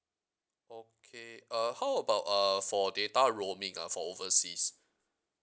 okay uh how about uh for data roaming ah for overseas